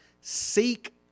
Seek